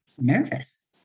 nervous